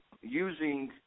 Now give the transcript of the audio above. using